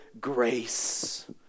grace